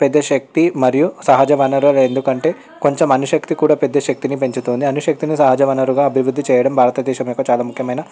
పెద్దశక్తి మరియు సహజ వనరులను ఎందుకంటే కొంచెం అను శక్తి కూడా పెద్దశక్తిని పెంచుతుంది అను శక్తిని సహజ వనరులుగా అభివృద్ధి చేయడం భారతదేశం యొక్క చాలా ముఖ్యమైన